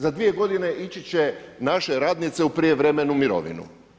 Za dvije godine ići će naše radnice u prijevremenu mirovinu.